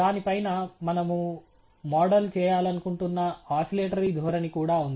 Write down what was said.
దాని పైన మనము మోడల్ చేయాలనుకుంటున్న ఆసిలేటరీ ధోరణి కూడా ఉంది